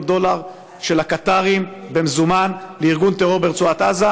דולר של הקטרים במזומן לארגון טרור ברצועת עזה,